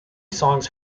songs